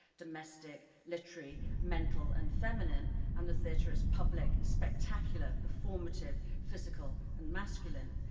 domestic, literary, mental and feminine and the theater as public, spectacular, performative, physical and masculine.